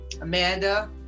Amanda